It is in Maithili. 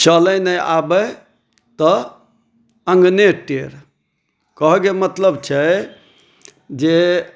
चलै नहि आबै तऽ अङ्गने टेढ़ कहऽके मतलब छै जे